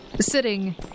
sitting